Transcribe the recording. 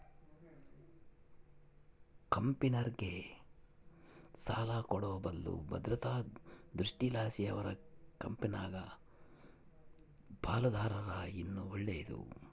ಕಂಪೆನೇರ್ಗೆ ಸಾಲ ಕೊಡೋ ಬದ್ಲು ಭದ್ರತಾ ದೃಷ್ಟಿಲಾಸಿ ಅವರ ಕಂಪೆನಾಗ ಪಾಲುದಾರರಾದರ ಇನ್ನ ಒಳ್ಳೇದು